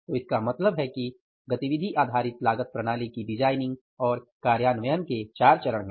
तो इसका मतलब है कि गतिविधि आधारित लागत प्रणाली की डिजाइनिंग और कार्यान्वयन के चार चरण हैं